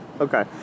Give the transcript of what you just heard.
Okay